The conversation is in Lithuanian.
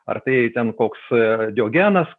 ar tai ten koks yra diogenas